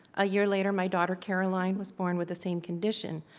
a year later, my daughter, caroline, was born with the same condition,